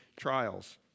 trials